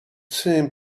seemed